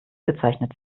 bezeichnet